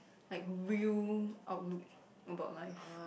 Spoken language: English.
like real outlook about life